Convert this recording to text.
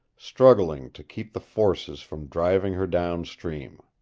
struggling to keep the forces from driving her downstream.